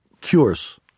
cures